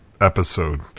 episode